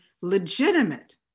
legitimate